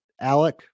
Alec